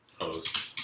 host